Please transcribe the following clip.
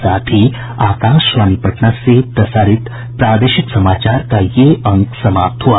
इसके साथ ही आकाशवाणी पटना से प्रसारित प्रादेशिक समाचार का ये अंक समाप्त हुआ